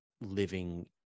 living